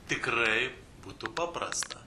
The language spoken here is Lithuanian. tikrai būtų paprasta